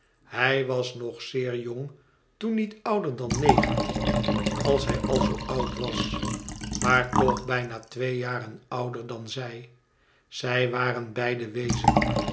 hij was nog zeer jong toen niet ouder dan negentien als hij al zoo oud was maar toch bijna twee jaren ouder dan zij zij waren beide weezen